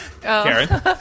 Karen